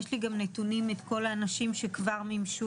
יש לי גם נתונים את כל האנשים שכבר מימשו